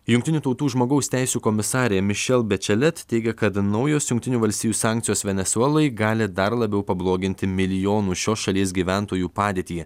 jungtinių tautų žmogaus teisių komisarė michelle bachelet teigia kad naujos jungtinių valstijų sankcijos venesuelai gali dar labiau pabloginti milijonų šios šalies gyventojų padėtį